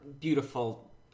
beautiful